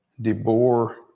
DeBoer